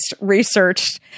researched